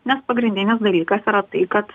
nes pagrindinis dalykas yra tai kad